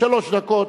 שלוש דקות.